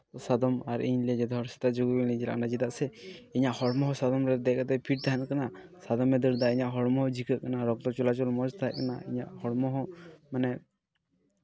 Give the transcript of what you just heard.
ᱥᱟᱫᱚᱢ ᱟᱨ ᱤᱧ ᱥᱮᱛᱟᱜ ᱨᱮ ᱡᱳᱜᱤᱝ ᱞᱤᱧ ᱪᱟᱞᱟᱜ ᱠᱟᱱᱟ ᱪᱮᱫᱟᱜ ᱥᱮ ᱤᱧᱟᱹᱜ ᱦᱚᱲᱢᱚ ᱦᱚᱸ ᱥᱟᱫᱚᱢ ᱨᱮ ᱫᱮᱡ ᱠᱟᱛᱮᱫ ᱯᱷᱤᱴ ᱛᱟᱦᱮᱱ ᱠᱟᱱᱟ ᱥᱟᱫᱚᱢᱮᱭ ᱫᱟᱹᱲᱫᱟ ᱤᱧᱟᱹᱜ ᱦᱚᱲᱢᱚ ᱡᱷᱤᱠᱟᱹᱜ ᱠᱟᱱᱟ ᱨᱚᱠᱛᱚ ᱪᱚᱞᱟᱪᱚᱞ ᱢᱚᱡᱽ ᱛᱟᱦᱮᱱ ᱠᱟᱱᱟ ᱤᱧᱟᱹᱜ ᱦᱚᱲᱢᱚ ᱦᱚᱸ ᱢᱟᱱᱮ